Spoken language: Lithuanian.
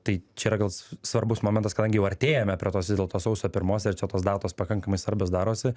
tai čia yra gal s svarbus momentas kadangi jau artėjame prie tos vis dėlto sausio pirmos ir čia tos datos pakankamai svarbios darosi